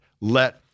let